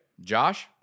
Josh